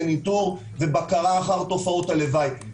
ניטור ובקרה אחר תופעות הלוואי.